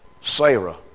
Sarah